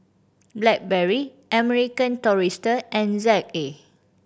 Blackberry American Tourister and Z A